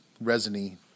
resiny